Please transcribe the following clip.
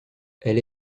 elle